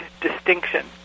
distinction